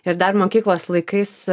ir dar mokyklos laikais